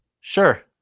Sure